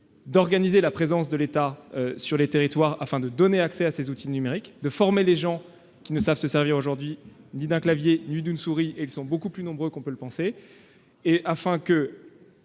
d'organiser la présence de l'État dans les territoires afin de donner accès à ces outils numériques, de former les gens qui ne savent aujourd'hui se servir ni d'un clavier ni d'une souris ; ils sont beaucoup plus nombreux qu'on ne peut le penser. Ainsi,,